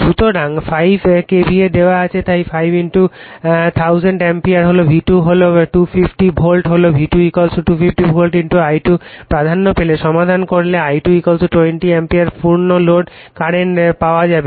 সুতরাং এই 5 KVA দেওয়া হয়েছে তাই 5 1000 অ্যাম্পিয়ার V2 হল 250 ভোল্ট হল V2 250 ভোল্ট I2 প্রাধান্য পেলে সমাধান করলে I2 20 অ্যাম্পিয়ার পূর্ণ লোড কারেন্ট পাওয়া যাবে